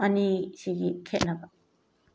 ꯑꯅꯤꯁꯤꯒꯤ ꯈꯦꯠꯅꯕ